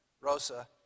Rosa